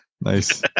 Nice